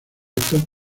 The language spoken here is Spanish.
estos